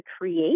create